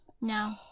No